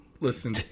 Listen